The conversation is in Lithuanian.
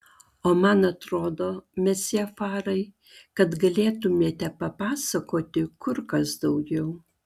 o man atrodo mesjė farai kad galėtumėte papasakoti kur kas daugiau